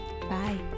Bye